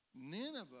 Nineveh